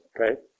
okay